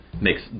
Makes